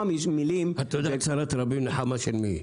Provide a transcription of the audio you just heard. אתה יודע, צרת רבים נחמה של מי.